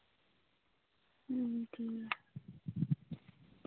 ᱴᱷᱤᱠᱜᱮᱭᱟ